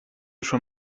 schon